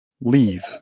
leave